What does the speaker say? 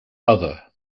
other